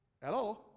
hello